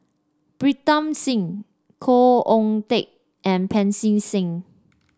Pritam Singh Khoo Oon Teik and Pancy Seng